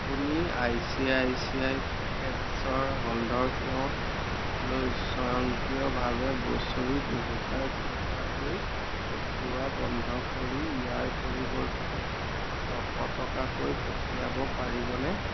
আপুনি I C I C I পকেট্ছৰ হলধৰ কেওটলৈ স্বয়ংক্ৰিভাৱে বছৰি দুহেজাৰ টকাকৈ পঠোৱা বন্ধ কৰি ইয়াৰ পৰিৱৰ্তে ছশ টকাকৈ পঠিয়াব পাৰিবনে